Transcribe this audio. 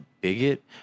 bigot